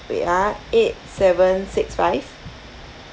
wait ah eight seven six five